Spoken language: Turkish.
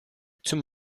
tüm